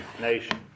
nation